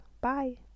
bye